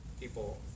People